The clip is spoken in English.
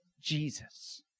Jesus